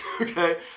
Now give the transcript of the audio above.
Okay